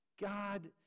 God